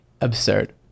Absurd